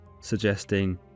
suggesting